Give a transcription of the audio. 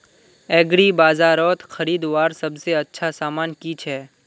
एग्रीबाजारोत खरीदवार सबसे अच्छा सामान की छे?